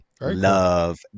Love